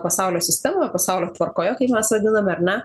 pasaulio sistemoje pasaulio tvarkoje kaip mes vadiname ar ne